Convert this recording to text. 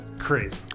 crazy